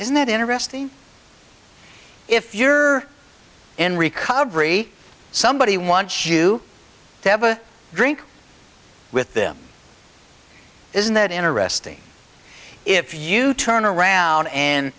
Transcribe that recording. isn't it interesting if you're in recovery somebody wants you to have a drink with them isn't that interesting if you turn around and